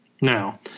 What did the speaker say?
Now